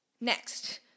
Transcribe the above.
Next